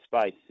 space